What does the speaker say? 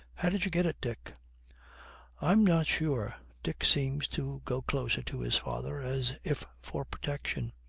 how did you get it, dick i'm not sure dick seems to go closer to his father, as if for protection.